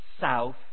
south